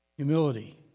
Humility